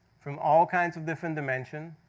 from all kinds of different dimension,